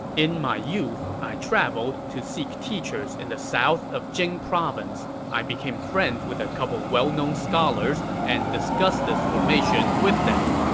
in my youth, i traveled to seek teachers in south of jing province. i became friends with a couple well-known scholars and discussed this formation with them.